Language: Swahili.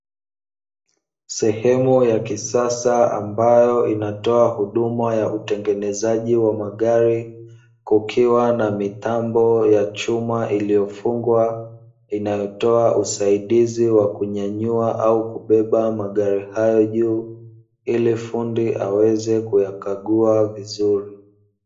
Sehemu ya kisasa ambayo inatoa huduma ya utengenezaji wa magari, kukiwa na mitambo ya chuma iliyofungwa inayotoa usaidizi wa kunyanyua au kubeba magari hayo juu, ili fundi aweze kuyakagua vizuri.